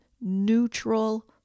neutral